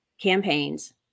campaigns